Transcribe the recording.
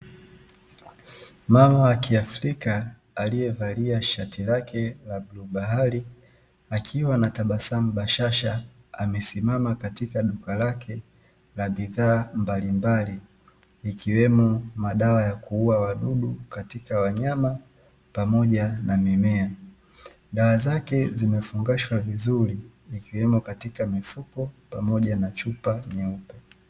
Mama wa ki Afrika aliyevalia shati lake la bluu bahari akiwa na tabasamu bashasha amesimama katika duka lake la bidhaa mbalimbali ikiwemo madawa ya kuua wadudu katika wanyama pamoja na mimea. Dawa zake zimefungashwa vizuri ikiwemo katika mifuko pamoja na chupa nyeupe.